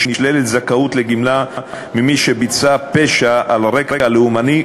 נשללת זכאות לגמלה ממי שביצע פשע על רקע לאומני,